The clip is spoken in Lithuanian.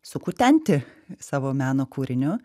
sukutenti savo meno kūriniu